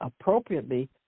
appropriately